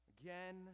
Again